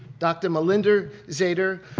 dr. melinda zeder,